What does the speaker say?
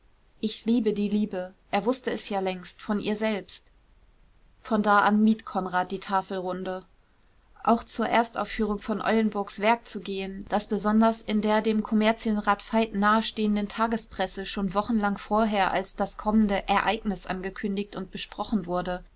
ich liebe die liebe er wußte es ja längst von ihr selbst von da an mied konrad die tafelrunde auch zur erstaufführung von eulenburgs werk zu gehen das besonders in der dem kommerzienrat veit nahestehenden tagespresse schon wochenlang vorher als das kommende ereignis angekündigt und besprochen wurde